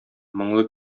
моңлы